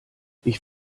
ich